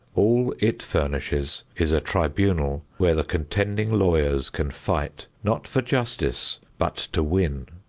all it furnishes is a tribunal where the contending lawyers can fight, not for justice, but to win.